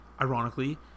ironically